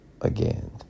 again